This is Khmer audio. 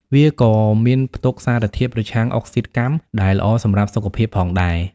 វាក៏មានផ្ទុកសារធាតុប្រឆាំងអុកស៊ីតកម្មដែលល្អសម្រាប់សុខភាពផងដែរ។